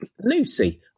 Lucy